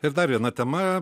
ir dar viena tema